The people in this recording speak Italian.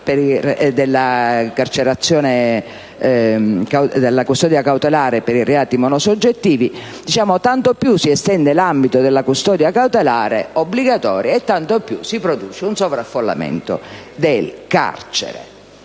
della custodia cautelare per i reati monosoggettivi. Peraltro, tanto più si estende l'ambito della custodia cautelare obbligatoria, tanto più si produce un sovraffollamento del carcere.